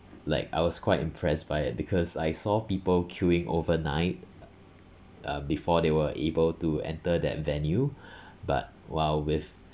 like I was quite impressed by it because I saw people queuing overnight uh before they were able to enter that venue but while with